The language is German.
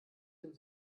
den